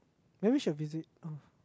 maybe she will visit oh